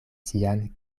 sian